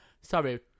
sorry